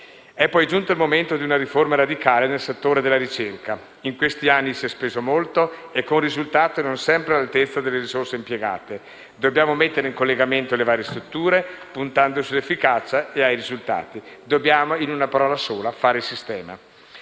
È poi giunto il momento di una riforma radicale nel settore della ricerca. In questi anni si è speso molto, con risultati non sempre all'altezza delle risorse impiegate. Bisogna mettere in collegamento le varie strutture, puntando all'efficacia e ai risultati. Dobbiamo, in una parola sola, fare sistema.